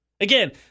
Again